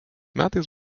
metais